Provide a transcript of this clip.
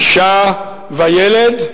אשה וילד,